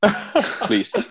Please